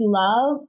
love